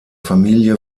familie